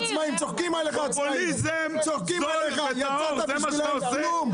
העצמאים צוחקים עליך, לא נתת בשבילם כולם.